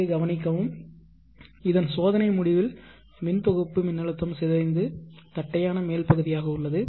இங்கே கவனிக்கவும் இதன் சோதனை முடிவில் மின் தொகுப்பு மின்னழுத்தம் சிதைந்து தட்டையான மேல்பகுதியாக உள்ளது